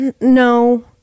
no